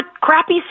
crappy